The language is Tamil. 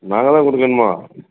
நாங்கள் தான் கொடுக்கணுமா